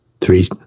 three